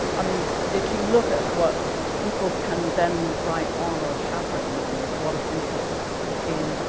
i mean if you look at what people can then write on or have written on, there's a lot of interest in,